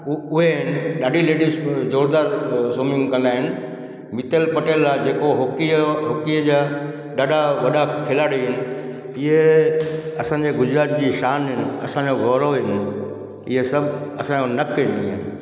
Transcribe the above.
उहे ॾाढी लैडिस ज़ोरदारु स्विमिंग कंदा आहिनि मित्तल पटेल आहे जेको हॉकी जो हॉकीअ जा ॾाढा वॾा खिलाड़ी आहिनि इहे असांजे गुजरात जी शान आहिनि असांजो गौरव आहिनि इहे सभु असांजो नकु आहिनि